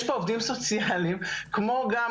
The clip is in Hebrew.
יש פה עובדים סוציאליים כמו גם